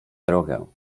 drogę